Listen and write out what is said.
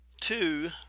two